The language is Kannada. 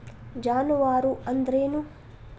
ಜಾನುವಾರು ಅಂದ್ರೇನು?